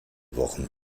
wochen